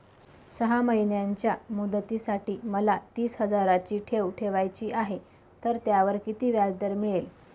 सहा महिन्यांच्या मुदतीसाठी मला तीस हजाराची ठेव ठेवायची आहे, तर त्यावर किती व्याजदर मिळेल?